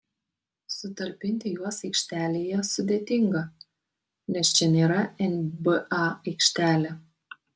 sutalpinti juos aikštelėje sudėtinga nes čia nėra nba aikštelė